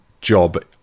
job